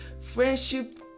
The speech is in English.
friendship